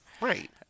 right